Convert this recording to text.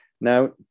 Now